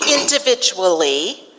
individually